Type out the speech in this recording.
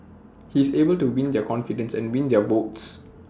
he is able to win their confidence and win their votes